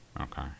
Okay